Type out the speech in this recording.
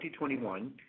2021